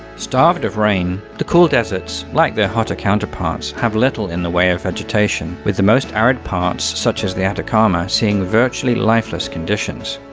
starved of rain, the cool deserts, like their hotter counterparts, have little in the way of vegetation, with the most arid parts such as the atacama seeing virtually lifeless conditions.